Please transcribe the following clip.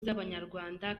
z’abanyarwanda